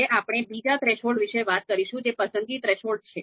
હવે આપણે બીજા થ્રેશોલ્ડ વિશે વાત કરીશું જે પસંદગી થ્રેશોલ્ડ છે